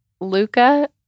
Luca